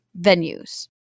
venues